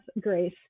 grace